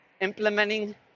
implementing